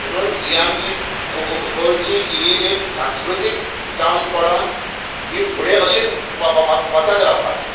म्हणून ही आमची गो गो गोंयची ही एक सांस्कृतीक जावन पडून ही फुडें अशीच व व वचत रावपाक जाय